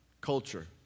culture